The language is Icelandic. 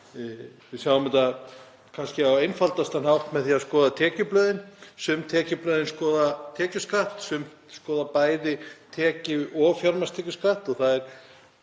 Við sjáum þetta kannski á einfaldastan hátt með því að skoða tekjublöðin, sum tekjublöðin skoða tekjuskatt en önnur skoða bæði tekju- og fjármagnstekjuskatt og topp